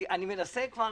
מנסה כבר